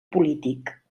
polític